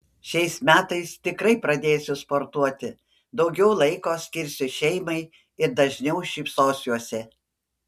šiais metais tikrai pradėsiu sportuoti daugiau laiko skirsiu šeimai ir dažniau šypsosiuosi